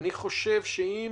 אני חושב שעם